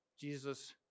Jesus